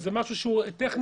זה משהו טכני.